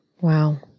Wow